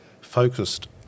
focused